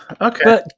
Okay